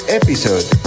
episode